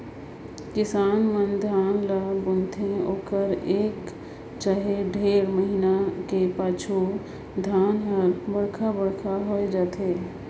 किसान मन धान ल बुनथे ओकर एक चहे डेढ़ महिना कर पाछू धान हर बड़खा बड़खा होए जाथे